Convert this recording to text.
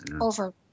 over